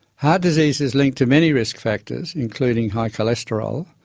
heart disease is linked to many risk factors including high cholesterol.